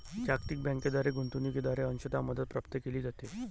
जागतिक बँकेद्वारे गुंतवणूकीद्वारे अंशतः मदत प्राप्त केली जाते